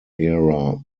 era